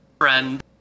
friend